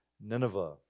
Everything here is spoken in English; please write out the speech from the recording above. Nineveh